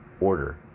order